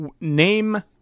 name